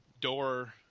door